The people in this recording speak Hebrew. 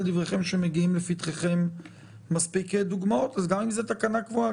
דבריכם שמגיעים לפתחכם מספיק דוגמאות גם אם זאת תקנה קבועה,